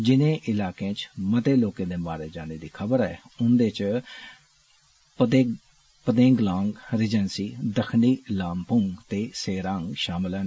जिने इलाकें मते लाकें दे मारे जाने दी खबर ऐ उन्दे च पदेंगलांग रिजेन्सी दक्खनी लामपुंग ते सेरांग षामल न